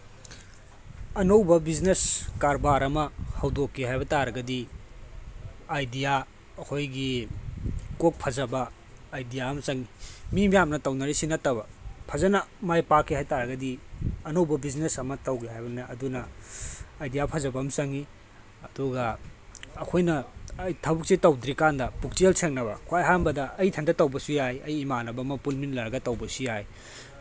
ꯑꯅꯧꯕ ꯕꯤꯁꯅꯦꯁ ꯀꯔꯕꯥꯔ ꯑꯃ ꯍꯧꯗꯣꯛꯀꯦ ꯍꯥꯏꯕ ꯇꯥꯔꯒꯗꯤ ꯑꯥꯏꯗꯤꯌꯥ ꯑꯩꯈꯣꯏꯒꯤ ꯀꯣꯛ ꯐꯖꯕ ꯑꯥꯏꯗꯤꯌꯥ ꯑꯃ ꯆꯪꯉꯤ ꯃꯤ ꯃꯌꯥꯝꯅ ꯇꯧꯅꯔꯤꯁꯤ ꯅꯠꯇꯕ ꯐꯖꯅ ꯃꯥꯏ ꯄꯥꯛꯀꯦ ꯍꯥꯏ ꯇꯥꯔꯒꯗꯤ ꯑꯅꯧꯕ ꯕꯤꯁꯅꯦꯁ ꯑꯃ ꯇꯧꯒꯦ ꯍꯥꯏꯕꯅꯤꯅ ꯑꯗꯨꯅ ꯑꯥꯏꯗꯤꯌꯥ ꯐꯖꯕ ꯑꯃ ꯆꯪꯉꯤ ꯑꯗꯨꯒ ꯑꯩꯈꯣꯏꯅ ꯊꯕꯛꯁꯦ ꯇꯧꯗ꯭ꯔꯤꯀꯥꯟꯗ ꯄꯨꯛꯆꯦꯜ ꯁꯦꯡꯅꯕ ꯈ꯭ꯋꯥꯏ ꯑꯍꯥꯟꯕꯗ ꯑꯩ ꯏꯊꯟꯇ ꯇꯧꯕꯁꯨ ꯌꯥꯏ ꯑꯩ ꯏꯃꯥꯟꯅꯕ ꯑꯃ ꯄꯨꯟꯃꯤꯟꯅꯔꯒ ꯇꯧꯕꯁꯨ ꯌꯥꯏ